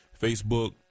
Facebook